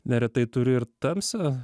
neretai turi ir tamsią